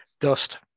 Dust